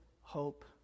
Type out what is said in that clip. hope